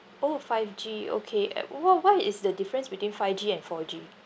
orh five G okay uh wha~ what is the difference between five G and four G